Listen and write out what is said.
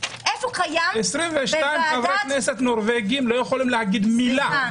22 חברי כנסת נורבגים לא יכולים להגיד מילה.